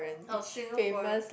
oh Singaporean